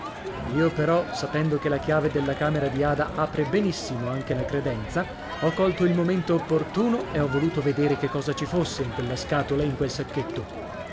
io però sapendo che la chiave della camera di ada apre benissimo anche la credenza ho colto il momento opportuno e ho voluto vedere che cosa ci fosse in quella scatola e in quel sacchetto